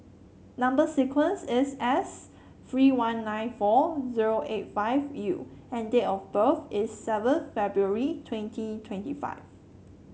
number sequence is S three one nine four zero eight five U and date of birth is seven February twenty twenty five